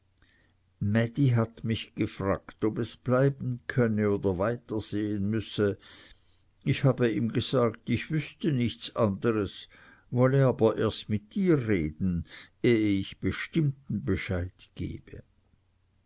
mädi hat mich gefragt ob es bleiben könne oder weitersehen müsse ich habe ihm gesagt ich wüßte nichts anders wolle aber erst mit dir reden ehe ich bestimmten bescheid gebe